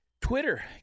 Twitter